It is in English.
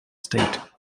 state